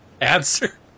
answer